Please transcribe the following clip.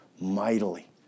mightily